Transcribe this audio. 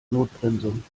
notbremsung